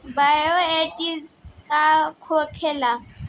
Bio agent का होखेला?